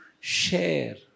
share